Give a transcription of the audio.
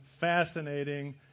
fascinating